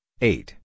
eight